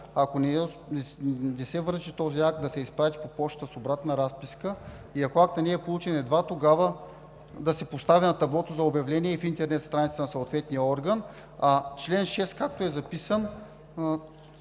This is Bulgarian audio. ако не се връчи този акт, да се изпрати по пощата с обратна разписка, и ако актът не е получен, едва тогава да се поставя на таблото за обявления и в интернет страницата на съответния орган. А чл. 6, както е записан,